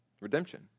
Redemption